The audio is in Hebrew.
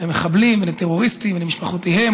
למחבלים ולטרוריסטים ולמשפחותיהם,